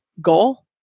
goal